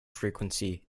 frequency